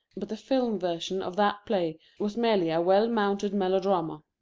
but the film-version of that play was merely a well mounted melodrama.